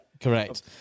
correct